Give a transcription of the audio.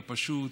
הפשוט,